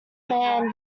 man